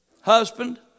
husband